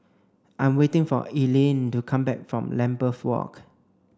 I'm waiting for Eileen to come back from Lambeth Walk